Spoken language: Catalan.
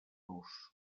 los